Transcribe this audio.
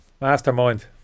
Mastermind